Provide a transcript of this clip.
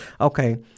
Okay